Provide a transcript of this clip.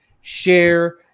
share